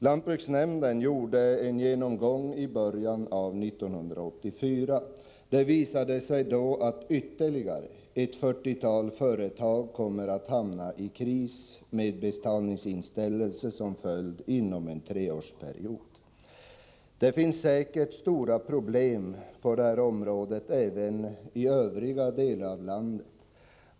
Lantbruksnämnden gjorde en genomgång i början av 1984, och det visade sig då att ytterligare ett fyrtiotal företag kommer att hamna i kris med betalningsinställelse som följd inom en treårsperiod. Det finns säkert stora problem på detta område även i övriga delar av landet.